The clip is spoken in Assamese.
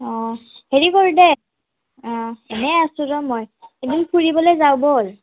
অ' হেৰি কৰো দে অ' এনে আছোঁ ৰ' মই এদিন ফুৰিবলৈ যাওঁ ব'ল